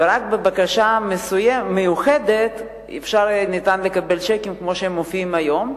ורק בבקשה מיוחדת יהיה ניתן לקבל צ'קים כמו שהם מופיעים היום,